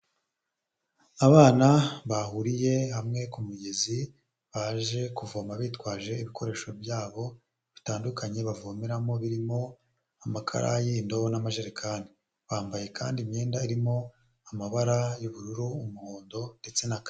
Abana bahuriye hamwe ku mugezi baje kuvoma bitwaje ibikoresho byabo bitandukanye bavomeramo birimo amakarayi, indobo n'amajerekani. Bambaye kandi imyenda irimo amabara y'ubururu, umuhondo ndetse na kaki.